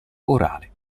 orale